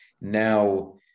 Now